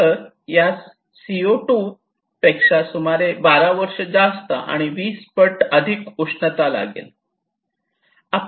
तर यास सीओ 2 पेक्षा सुमारे 12 वर्षे जास्त आणि 20 पट अधिक उष्णता लागते